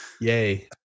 Yay